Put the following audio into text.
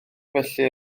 felly